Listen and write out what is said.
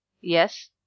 Yes